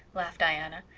laughed diana.